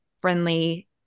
friendly